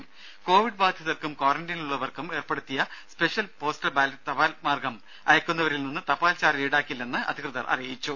ദ്ദേ കോവിഡ് ബാധിതർക്കും ക്വാറന്റീനിലുള്ളവർക്കും ഏർപ്പെടുത്തിയ സ്പെഷ്യൽ പോസ്റ്റൽ ബാലറ്റ് തപാൽ മാർഗം അയക്കുന്നവരിൽ നിന്ന് തപാൽ ചാർജ്ജ് ഈടാക്കില്ലെന്ന് അധികൃതർ അറിയിച്ചു